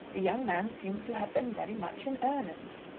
the young man seems to have been very much in earnest.